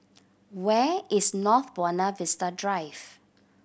where is North Buona Vista Drive